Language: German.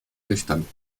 nüchtern